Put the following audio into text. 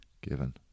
given